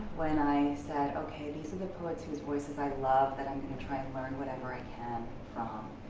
when i said, okay these are the poets whose voices i love that i'm gonna try and learn whatever i can.